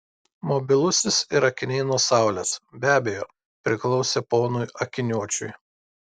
mobilusis ir akiniai nuo saulės be abejo priklausė ponui akiniuočiui